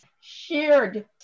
shared